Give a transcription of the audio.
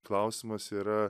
klausimas yra